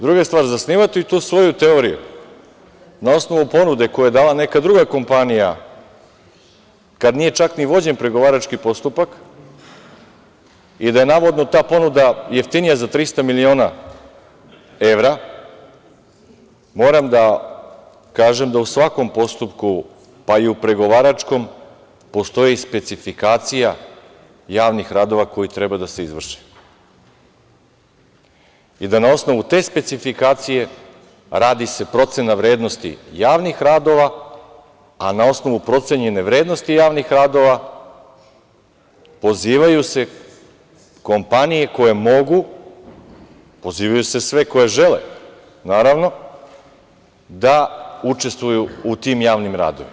Druga stvar, zasnivati tu svoju teoriju na osnovu ponude koju je dala neka druga kompanija, kad nije čak ni vođen pregovarački postupak, i da je navodno ta ponuda jeftinija za 300 miliona evra, moram da kažem da u svakom postupku, pa i u pregovaračkom, postoji specifikacija javnih radova koji treba da se izvrše i da na osnovu te specifikacije radi se procena vrednosti javnih radova, a na osnovu procenjene vrednosti javnih radova pozivaju se kompanije koje mogu, pozivaju se sve koje žele, naravno, da učestvuju u tim javnim radovima.